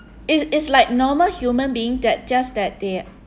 it's it's like normal human being that just that they